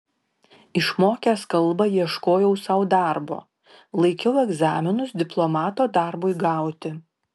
išmokęs kalbą ieškojau sau darbo laikiau egzaminus diplomato darbui gauti